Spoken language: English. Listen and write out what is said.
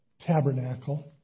tabernacle